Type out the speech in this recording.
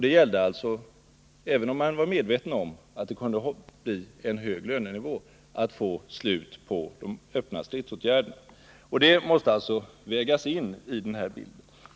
Det gällde alltså — även om man var medveten om att det kunde bli en hög lönenivå — att få slut på de öppna stridsåtgärderna. Det måste alltså vägas in i denna bild.